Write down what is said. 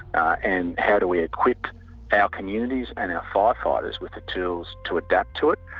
and how do we equip our communities and our firefighters with the tools to adapt to it.